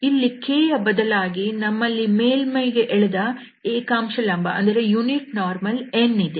ಇಲ್ಲಿ k ಯ ಬದಲಾಗಿ ನಮ್ಮಲ್ಲಿ ಮೇಲ್ಮೈಗೆ ಎಳೆದ ಏಕಾಂಶ ಲಂಬ n ಇದೆ